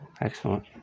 excellent